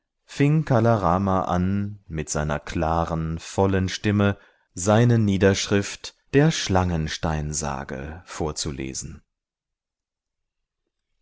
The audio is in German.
fing kala rama an mit seiner klaren vollen stimme seine niederschrift der schlangensteinsage vorzulesen